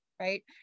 right